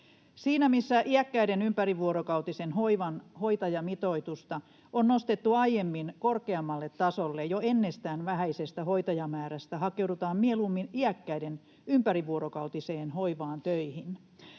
Siinä missä iäkkäiden ympärivuorokautisen hoivan hoitajamitoitusta on nostettu aiemmin korkeammalle tasolle, jo ennestään vähäisestä hoitajamäärästä hakeudutaan mieluummin iäkkäiden ympärivuorokautiseen hoivaan töihin.